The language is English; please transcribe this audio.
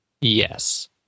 Yes